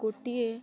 ଗୋଟିଏ